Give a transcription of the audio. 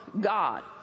God